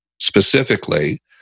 specifically